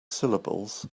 syllables